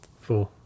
Four